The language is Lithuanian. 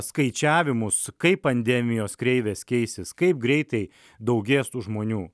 skaičiavimus kaip pandemijos kreivės keisis kaip greitai daugės tų žmonių